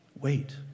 Wait